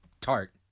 tart